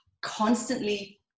constantly